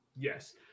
Yes